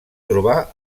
trobar